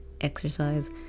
exercise